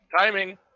timing